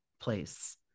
place